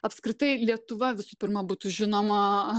apskritai lietuva visų pirma būtų žinoma